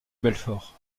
belfort